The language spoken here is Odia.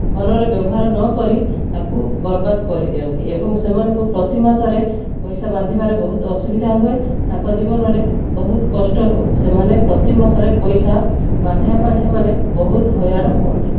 ଭଲରେ ବ୍ୟବହାର ନକରି ତାକୁ ବରବାଦ କରିଦିଅନ୍ତି ଏବଂ ସେମାନଙ୍କୁ ପ୍ରତି ମାସରେ ପଇସା ବାନ୍ଧିବାରେ ବହୁତ ଅସୁବିଧା ହୁଏ ତାଙ୍କ ଜୀବନରେ ବହୁତ କଷ୍ଟ ହୁଏ ସେମାନେ ପ୍ରତି ମାସରେ ପଇସା ବାନ୍ଧିବା ପାଇଁ ସେମାନେ ବହୁତ ହଇରାଣ ହୁଅନ୍ତି